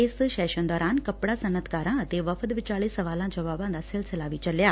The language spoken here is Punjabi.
ਇਸ ਸੈਸ਼ਨ ਦੌਰਾਨ ਕੱਪੜਾ ਸਨੱਅਤਕਾਰਾਂ ਅਤੇ ਵਫ਼ਦ ਵਿਚਾਲੇ ਸਵਾਲਾਂ ਜਵਾਬਾਂ ਦਾ ਸਿਲਸਿਲਾ ਵੀ ਚੱਲਿਆ